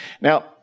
Now